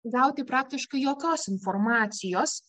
gauti praktiškai jokios informacijos